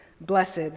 blessed